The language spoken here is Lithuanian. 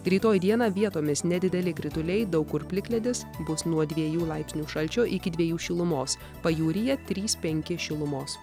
rytoj dieną vietomis nedideli krituliai daug kur plikledis bus nuo dviejų laipsnių šalčio iki dviejų šilumos pajūryje trys penki šilumos